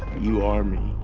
you are me.